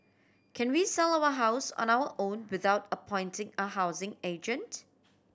can we sell our house on our own without appointing a housing agent